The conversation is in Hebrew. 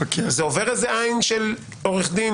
זה עובר איזה עין של עורך דין,